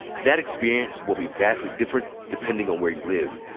that experience will be vastly different depending on where you live.